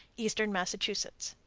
eastern massachusetts.